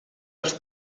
els